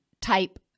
type